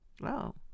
Wow